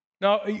Now